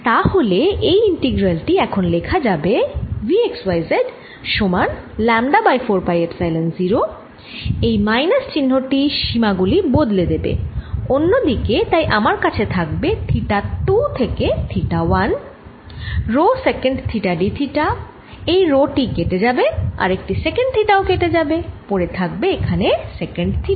তাহলে এই ইন্টিগ্রাল টি এখন লেখা যাবে V x y z সমান ল্যামডা বাই 4 পাই এপসাইলন 0 এই মাইনাস চিহ্ন টি সীমা গুলি বদলে দেবে অন্য দিকে তাই আমার কাছে থাকবে থিটা 2 থেকে theta 1 rho secant theta d theta এই রো টি কেটে যাবে আর একটি সেক্যান্ট থিটা ও কেটে যাবে পড়ে থাকবে এখানে সেক্যান্ট থিটা